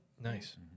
Nice